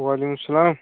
وعلیکُم سلام